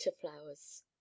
flowers